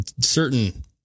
certain